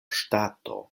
ŝtato